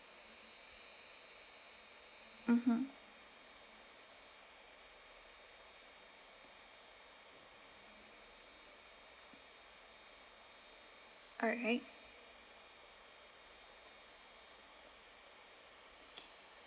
mmhmm alright